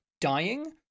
dying